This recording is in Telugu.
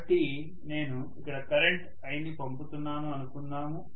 కాబట్టి నేను ఇక్కడ కరెంట్ iని పంపుతున్నాను అనుకుందాము